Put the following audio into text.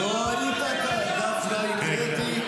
תגיד את הדברים שלאודר אמר לנתניהו.